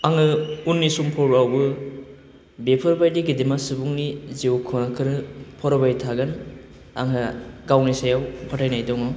आङो उननि समफोरावबो बेफोरबायदि गेदेमा सुबुंनि जिउ खौरांखोनो फरायबाय थागोन आंहा गावनि सायाव फोथायनाय दं